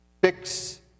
Fix